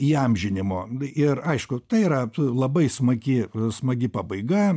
įamžinimu bei ir aišku tai yra labai smagi smagi pabaiga